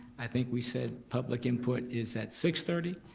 i think we said public input is at six thirty.